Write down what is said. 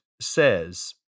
says